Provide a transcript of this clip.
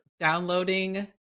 Downloading